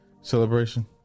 celebration